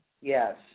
yes